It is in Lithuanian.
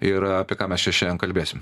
ir apie ką mes čia šiandien kalbėsim